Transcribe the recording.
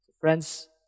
Friends